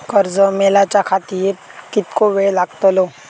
कर्ज मेलाच्या खातिर कीतको वेळ लागतलो?